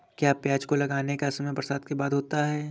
क्या प्याज को लगाने का समय बरसात के बाद होता है?